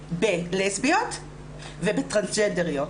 בלסביות ובטרנסג'נדריות.